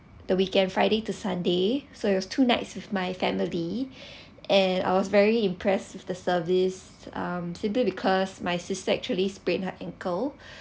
the weekend friday to sunday so it was two nights with my family and I was very impressed with the service um simply because my sister actually sprained her ankle